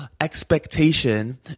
expectation